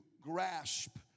grasp